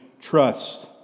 trust